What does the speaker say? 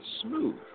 smooth